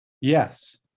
Yes